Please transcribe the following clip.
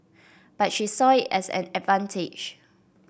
but she saw it as an advantage